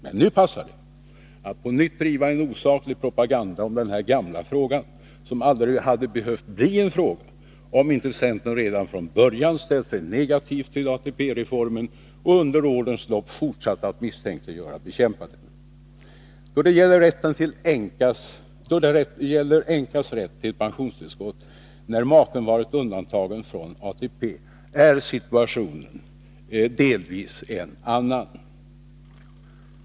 Men nu passar det att på nytt driva en osaklig propaganda i denna gamla fråga, som aldrig behövt bli någon fråga alls, om inte centern redan från början ställt sig negativt till ATP-reformen och under årens lopp fortsatt att misstänkliggöra och bekämpa den. Då det gäller änkas rätt till pensionstillskott när maken varit undantagen från ATP, är situationen delvis en annan.